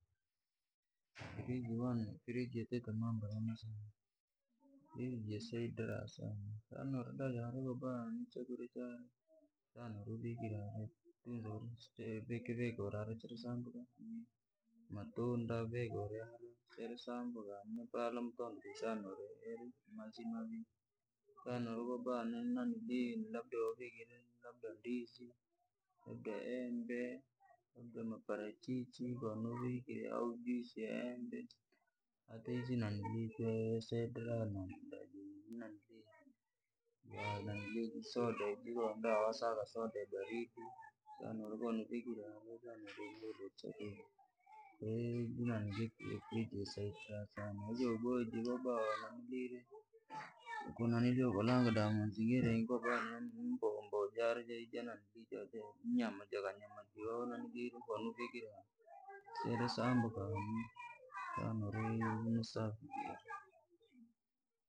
Friji yatite mambom ya mema sana, friji jasaidira sana, kochakurya chakula kivikauri hara sikirisambuka, amuna matunda vikauri siyarisambuka amuna mpaka lamatondo shana uri ni muzima vi shanauri kobani wavikire ndizi, labda embe, labda mparachichi, ko nowavikire ahajuisi ya embe ya saidira, basoda iji kowosaka soda yane yaboha shanauri kowavikire ukashona yahorre kwahiyo iji friji jasaidira sana, ujaboya jii ukalanga damazingira ukoona mboamboa jare janyama kowavikire siirisambuka shana uri ni safi.